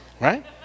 right